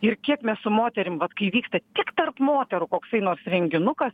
ir kiek mes su moterim vat kai vyksta tik tarp moterų koksai nors renginukas